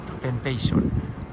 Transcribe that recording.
temptation